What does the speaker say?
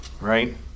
right